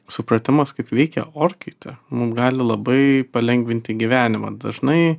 supratimas kaip veikia orkaitė mum gali labai palengvinti gyvenimą dažnai